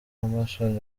emmerson